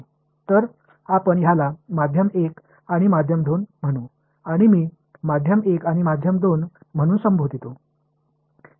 तर आपण ह्याला माध्यम 1 आणि माध्यम 2 म्हणू आणि मी माध्यम 1 आणि माध्यम 2 म्हणून संबोधितो